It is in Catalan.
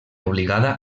obligada